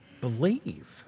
Believe